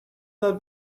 not